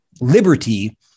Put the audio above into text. liberty